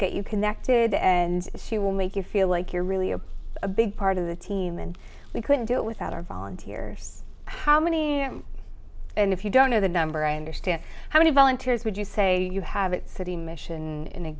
get you connected and she will make you feel like you're really a big part of the team and we couldn't do it without our volunteers how many of them and if you don't know the number i understand how many volunteers would you say you have a city mission in a